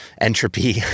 entropy